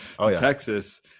texas